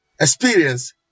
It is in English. experience